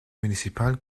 municipale